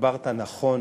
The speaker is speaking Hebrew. דיברת נכון